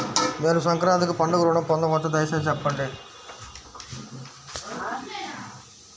నేను సంక్రాంతికి పండుగ ఋణం పొందవచ్చా? దయచేసి చెప్పండి?